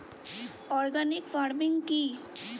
Organic farming কি?